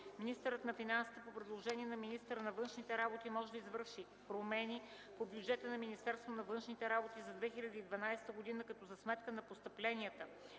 Министърът на финансите по предложение на министъра на външните работи може да извърши промени по бюджета на Министерството на външните работи за 2012 г., като за сметка на постъпленията